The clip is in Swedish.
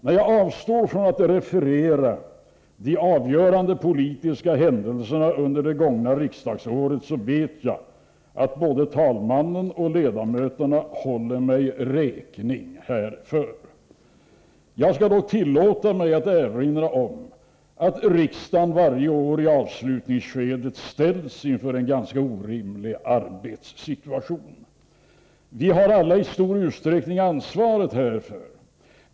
När jag avstår från att referera de avgörande politiska händelserna under det gångna riksdagsåret, vet jag att både talmannen och ledamöterna håller mig räkning härför. Jag skall dock tillåta mig att erinra om att riksdagen varje år i avslutningsskedet ställs inför en ganska orimlig arbetssituation. Vi har alla i stor utsträckning ansvar härför.